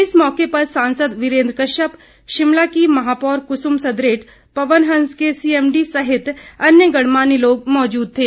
इस मौके पर सांसद वीरेंद्र कश्यप शिमला की महापौर कुसुम सदरेट पवन हंस के सीएमडी सहित अन्य गणमान्य लोग मौजूद थे